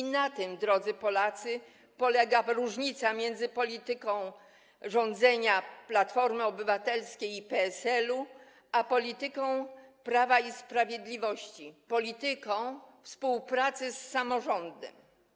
I na tym, drodzy Polacy, polega różnica między polityką rządzenia Platformy Obywatelskiej i PSL-u a polityką Prawa i Sprawiedliwości, polityką współpracy z samorządem.